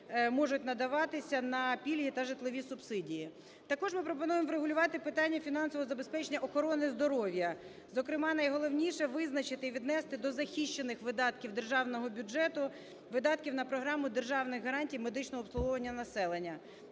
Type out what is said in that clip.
можуть надаватися на пільги та житлові субсидії. Також ми пропонуємо врегулювати питання фінансового забезпечення охорони здоров'я. Зокрема, найголовніше визначити і віднести до захищених видатків Державного бюджету видатків на програму державних гарантій медичного обслуговування населення